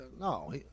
no